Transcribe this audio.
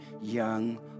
young